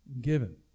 given